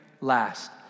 last